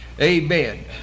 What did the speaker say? amen